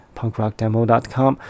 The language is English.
punkrockdemo.com